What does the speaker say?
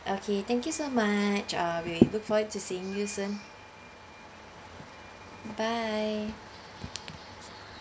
okay thank you so much uh we look forward to seeing you soon bye